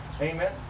Amen